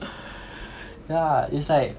yeah it's like